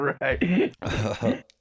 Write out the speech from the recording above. Right